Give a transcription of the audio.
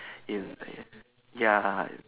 in ya